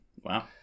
Wow